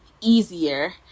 easier